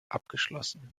abgeschlossen